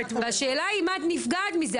והשאלה אם את נפגעת מזה?